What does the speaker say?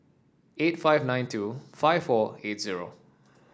eight five nine two five four eight zero